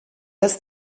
dass